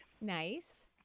nice